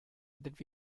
that